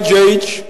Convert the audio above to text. ה-IHH.